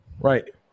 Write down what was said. right